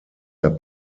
der